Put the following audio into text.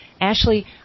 Ashley